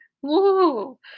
Whoa